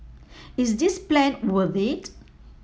is this plan worth it